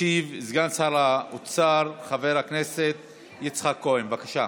ישיב סגן שר האוצר חבר הכנסת יצחק כהן, בבקשה,